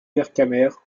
vercamer